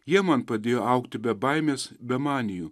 jie man padėjo augti be baimės be manijų